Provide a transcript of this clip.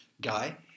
guy